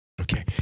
Okay